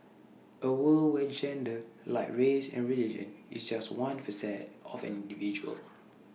A world where gender like race and religion is just one facet of an individual